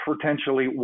potentially